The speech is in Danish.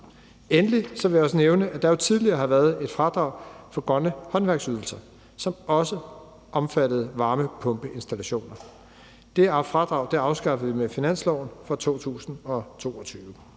Endelig vil jeg også nævne, at der jo tidligere har været et fradrag for grønne håndværksydelser, som også omfattede varmepumpeinstallationer. Det fradrag afskaffede vi med finansloven for 2022.